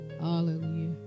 Hallelujah